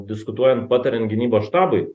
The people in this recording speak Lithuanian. diskutuojant patariant gynybos štabui